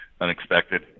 unexpected